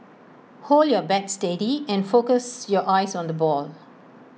hold your bat steady and focus your eyes on the ball